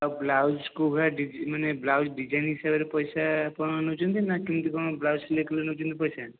ଆଉ ବ୍ଲାଉଜ କୁ ମାନେ ବ୍ଲାଉଜ ଡିଜାଇନ ହିସାବରେ ପଇସା କ'ଣ ନେଉଛନ୍ତି ନା କେମିତି କ'ଣ ବ୍ଲାଉଜ ସିଲାଇକଲେ ନେଉଛନ୍ତି ପଇସା